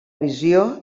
visió